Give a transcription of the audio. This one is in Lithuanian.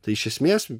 tai iš esmės